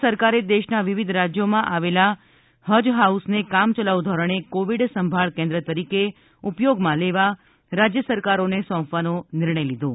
કેન્દ્ર સરકારે દેશના વિવિધ રાજ્યોમાં આવેલા ફજ હાઉસને કામચલાઉ ધોરણે કોવિડ સંભાળ કેન્દ્ર તરીકે ઉપયોગમાં લેવા રાજ્ય સરકારોને સોંપવાનો નિર્ણય લીધો છે